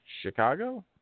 Chicago